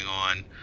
on